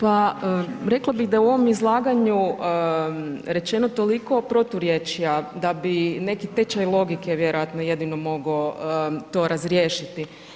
Pa rekla bih da u ovom izlaganju rečeno toliko proturječja da bi neki tečaj logike vjerojatno jedino mogao to razriješiti.